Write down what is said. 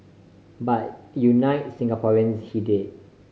but unite Singaporeans he did